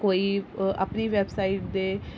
जां कोई अपनी वैबसाइट दे